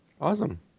Awesome